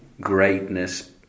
greatness